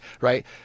right